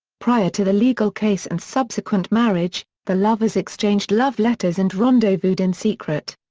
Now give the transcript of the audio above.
prior to the legal case and subsequent marriage, the lovers exchanged love letters and rendezvoused in secret.